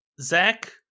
Zach